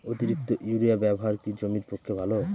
অতিরিক্ত ইউরিয়া ব্যবহার কি জমির পক্ষে ভালো?